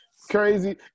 crazy